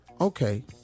Okay